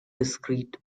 discrete